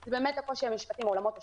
הוא הקושי המשפטי מעולמות השוויון,